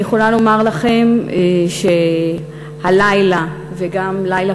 אני יכולה לומר לכם שהלילה וגם בלילה